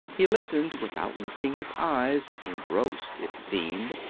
he listened, without lifting his eyes, engrossed, it seemed,